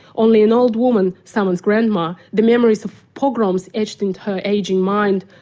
only an old woman, somebody's grandma, the memories of pogroms etched into her ageing mind,